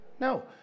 No